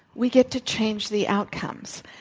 we get to change the outcomes.